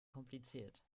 kompliziert